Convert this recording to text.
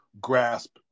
grasp